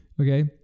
okay